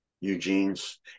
Eugene's